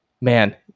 man